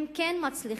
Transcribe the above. הם כן מצליחים,